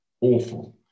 awful